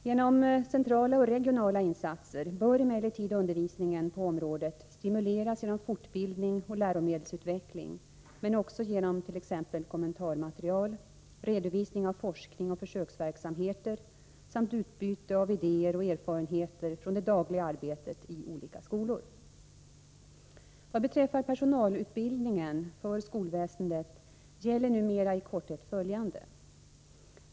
Genom centrala och regionala insatser bör emellertid undervisningen på området stimuleras genom fortbildning och läromedelsutveckling men också genom t.ex. kommentarmaterial, redovisning av forskning och försöksverksamheter samt utbyte av idéer och erfarenheter från det dagliga arbetet i olika skolor. Vad beträffar personalutbildningen för skolväsendet gäller numera i korthet följande.